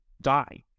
die